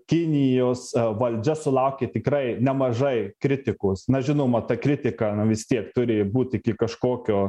kinijos valdžia sulaukė tikrai nemažai kritikos na žinoma ta kritika na vis tiek turi būt iki kažkokio